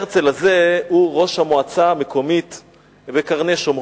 הרצל הזה הוא ראש המועצה המקומית בקרני-שומרון,